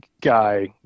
guy